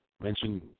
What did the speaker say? Mention